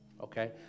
okay